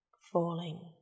FALLING